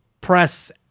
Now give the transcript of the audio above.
press